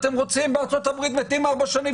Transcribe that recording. בארצות הברית מתים ארבע שנים